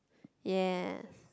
ya